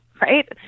right